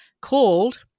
called